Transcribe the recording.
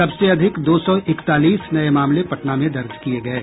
सबसे अधिक दो सौ इकतालीस नये मामले पटना में दर्ज किये गये